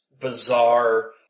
bizarre